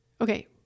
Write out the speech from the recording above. Okay